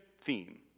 theme